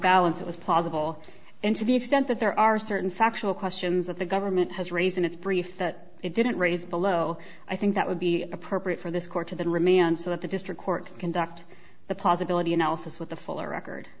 balance it was plausible and to the extent that there are certain factual questions that the government has raised in its brief that it didn't raise below i think that would be appropriate for this court to then remand so that the district court conduct the possibility analysis with the fuller record